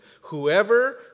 Whoever